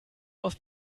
aus